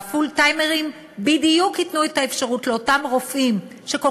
והפול-טיימרים בדיוק ייתנו את האפשרות לאותם הרופאים שכל